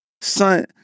Son